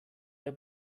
der